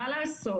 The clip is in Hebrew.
מה לעשות?